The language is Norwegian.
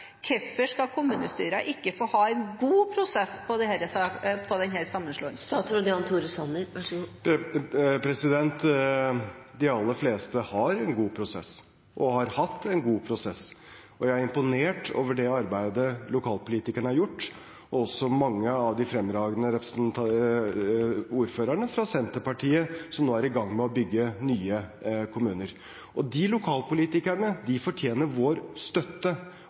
Hvorfor skal ikke kommunestyrene få ha en god prosess i denne sammenslåingen? De aller fleste har en god prosess og har hatt en god prosess. Jeg er imponert over det arbeidet lokalpolitikerne har gjort, også mange av de fremragende ordførerne fra Senterpartiet som nå er i gang med å bygge nye kommuner. De lokalpolitikerne fortjener vår støtte,